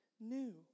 new